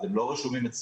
אז הם לא רשומים אצלנו,